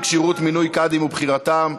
כשירות מינוי קאדים ובחירתם)